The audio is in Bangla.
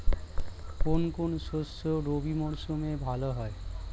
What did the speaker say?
কোন কোন শস্য রবি মরশুমে ভালো হয়?